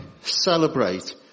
celebrate